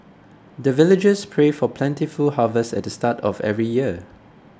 the villagers pray for plentiful harvest at the start of every year